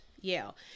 Yale